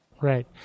Right